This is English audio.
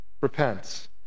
repents